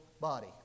body